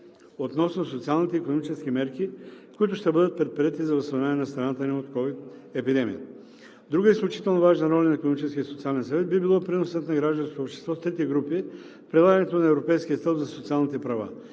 относно социалните и икономическите мерки, които ще бъдат предприети за възстановяване на страната ни от ковид епидемията. Друга изключително важна роля на Икономическия и социален съвет би бил приносът на гражданското общество с трите групи в прилагането на европейския стълб за социалните права.